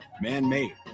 man-made